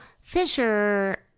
Fisher